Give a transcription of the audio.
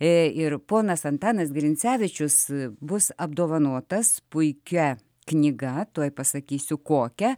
ir ponas antanas grincevičius bus apdovanotas puikia knyga tuoj pasakysiu kokia